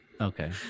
okay